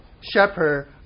shepherd